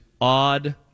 odd